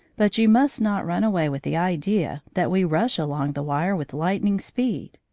but you must not run away with the idea that we rush along the wire with lightning speed.